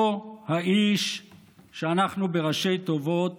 אותו האיש שאנחנו בראשי תיבות